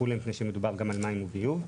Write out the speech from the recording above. מפני שמדובר גם על מים וביוב.